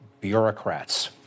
bureaucrats